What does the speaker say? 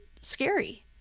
scary